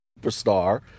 superstar